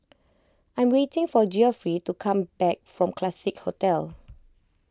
I am waiting for Geoffrey to come back from Classique Hotel